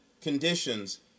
conditions